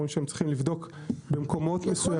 הם אומרים שהם צריכים לבדוק במקומות מסוימים.